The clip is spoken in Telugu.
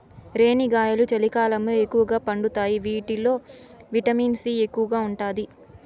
రేణిగాయాలు చలికాలంలో ఎక్కువగా పండుతాయి వీటిల్లో విటమిన్ సి ఎక్కువగా ఉంటాది